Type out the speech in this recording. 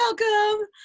Welcome